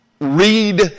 Read